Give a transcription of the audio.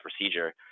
procedure